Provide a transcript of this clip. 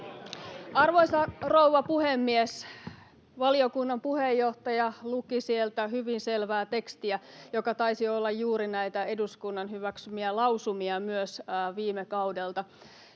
Arvoisa rouva puhemies! Valiokunnan puheenjohtaja luki sieltä hyvin selvää tekstiä, joka taisi myös olla juuri näitä eduskunnan hyväksymiä lausumia viime kaudelta,